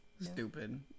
Stupid